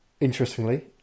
interestingly